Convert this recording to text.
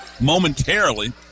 momentarily